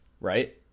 right